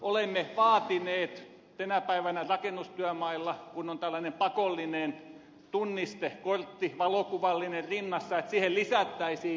olemme vaatineet että kun tänä päivänä rakennustyömailla on tällainen pakollinen tunniste valokuvallinen kortti rinnassa siihen lisättäisiin veronumero